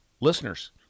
listeners